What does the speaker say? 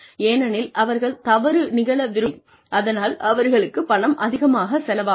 ஏனெனில் அவர்கள் தவறு நிகழ விரும்பவில்லை அதனால் அவர்களுக்கு பணம் அதிகமாகச் செலவாகும்